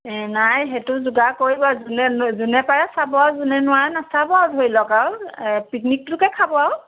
এ নাই সেইটো যোগাৰ কৰিব যোনে যোনে পাৰে চাব যোনে নোৱাৰে নাচাব আৰু ধৰি লওক আৰু এ পিকনিকটোকে খাব আৰু